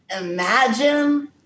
Imagine